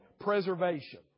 preservation